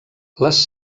les